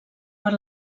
per